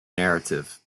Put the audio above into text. narrative